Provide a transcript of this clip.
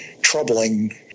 troubling